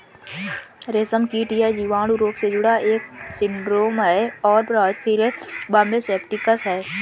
रेशमकीट यह जीवाणु रोग से जुड़ा एक सिंड्रोम है और प्रभावित कीड़े बॉम्बे सेप्टिकस है